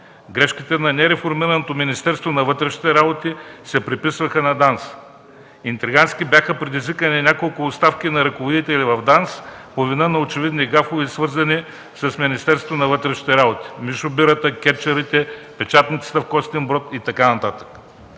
Грешките на нереформираното Министерство на вътрешните работи се приписваха на ДАНС. Интригантски бяха предизвикани няколко оставки на ръководители в ДАНС по вина на очевидни гафове и свързани с Министерството на вътрешните работи – Мишо Бирата, кетчърите, печатницата в Костинброд и така